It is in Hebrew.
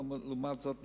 לעומת זאת,